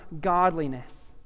godliness